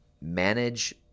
manage